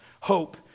hope